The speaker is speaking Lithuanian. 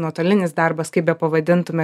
nuotolinis darbas kaip bepavadintume